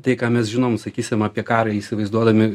tai ką mes žinom sakysim apie karą įsivaizduodami